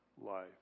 life